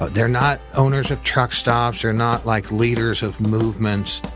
they're not owners of truck stops or not like leaders of movements.